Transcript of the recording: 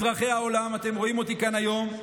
אזרחי העולם, אתם רואים אותי כאן היום.